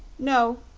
no,